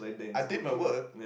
I did my work